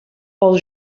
pel